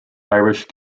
irish